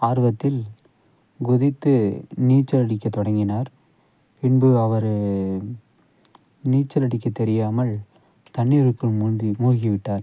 ஆர்வத்தில் குதித்து நீச்சல் அடிக்க தொடங்கினார் பின்பு அவர் நீச்சல் அடிக்க தெரியாமல் தண்ணீருக்குள் முந்தி மூழ்கிவிட்டார்